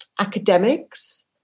academics